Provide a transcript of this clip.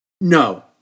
No